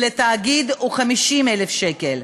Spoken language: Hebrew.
ולתאגיד 50,000 שקל,